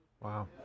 Wow